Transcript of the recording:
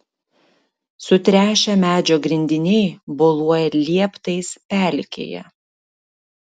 sutręšę medžio grindiniai boluoja lieptais pelkėje